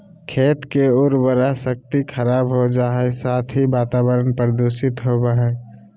खेत के उर्वरा शक्ति खराब हो जा हइ, साथ ही वातावरण प्रदूषित होबो हइ